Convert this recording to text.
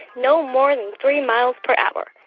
no more than three miles per hour.